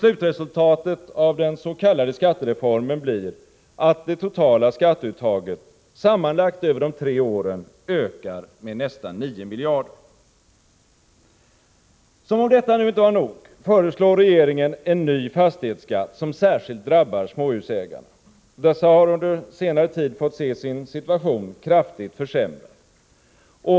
Slutresultatet av den s.k. skattereformen blir att det totala skatteuttaget sammanlagt över de tre åren ökar med nästan 9 miljarder. Som om detta inte vore nog, föreslår nu regeringen en ny fastighetsskatt, som särskilt drabbar småhusägarna. Dessa har under senare tid fått se sin situation kraftigt försämrad.